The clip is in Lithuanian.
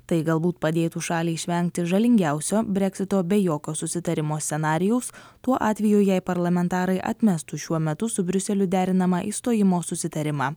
tai galbūt padėtų šaliai išvengti žalingiausio breksito be jokio susitarimo scenarijaus tuo atveju jei parlamentarai atmestų šiuo metu su briuseliu derinamą išstojimo susitarimą